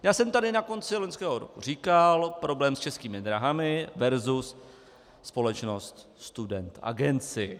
Já jsem tady na konci loňského roku říkal problém s Českými dráhami versus společnost Student Agency.